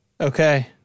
Okay